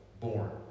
Born